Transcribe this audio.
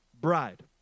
bride